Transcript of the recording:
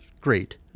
great